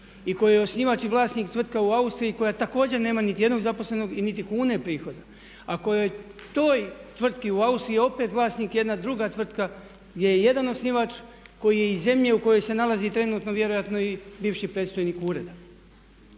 i kojoj je osnivač i vlasnik tvrtka u Austriji koja također nema niti jednog zaposlenog i niti kune prihoda. Ako je toj tvrtki u Austriji opet vlasnik jedna druga tvrtka gdje je jedan osnivač koji je iz zemlje u kojoj se nalazi trenutno vjerojatno i bivši predstojnik ureda.